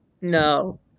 No